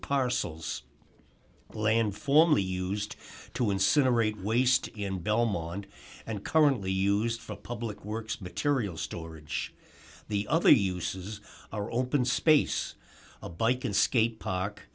parcels of land formerly used to incinerate waste in belmont and currently used for public works materials storage the other uses are open space a bike can skate park